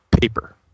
paper